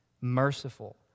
merciful